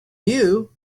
you